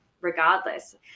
regardless